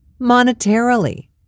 Monetarily